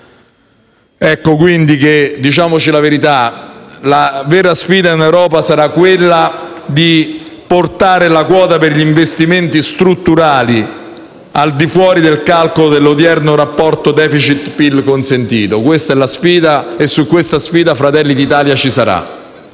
Ecco quindi che - diciamoci la verità - la vera sfida in Europa sarà quella di portare la quota per gli investimenti strutturali al di fuori del calcolo dell'odierno rapporto*deficit*-PIL consentito. Questa è la sfida e su questa sfida Fratelli d'Italia ci sarà.